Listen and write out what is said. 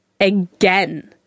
again